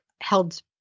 held